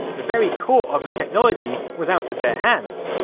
the very core of the technology was out of their hands.